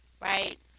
right